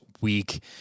week